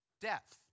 death